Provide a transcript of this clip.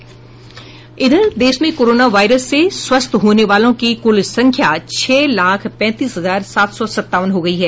देश में corona virus से स्वस्थ होने वालों की कुल संख्या छह लाख पैंतीस हजार सात सौ संतावन हो गई है